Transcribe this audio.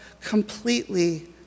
completely